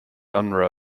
unruh